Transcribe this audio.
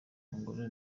angola